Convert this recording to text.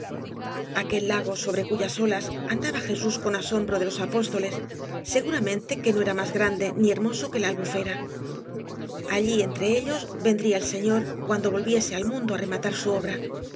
aquel lago sobre cuyas olas andaba jesús con asombro de las apóstoles seguramente que no era más grande ni hermoso que la albufe ra allí entre ellos vendría el señor cuando volviese al mundo á rematar su obra